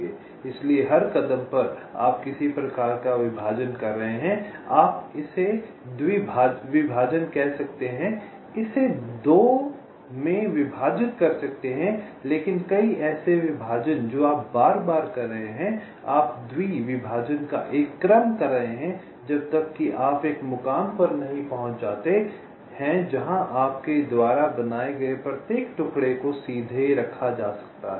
इसलिए हर कदम पर आप किसी प्रकार का विभाजन कर रहे हैं आप इसे द्वि विभाजन कह सकते हैं इसे 2 में विभाजित कर सकते हैं लेकिन कई ऐसे विभाजन जो आप बार बार कर रहे हैं आप द्वि विभाजन का एक क्रम कर रहे हैं जब तक कि आप एक मुकाम पर नहीं पहुंच जाते हैं जहां आपके द्वारा बनाए गए प्रत्येक टुकड़े को सीधे रखा जा सकता है